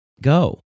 Go